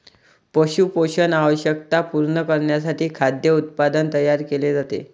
पशु पोषण आवश्यकता पूर्ण करण्यासाठी खाद्य उत्पादन तयार केले जाते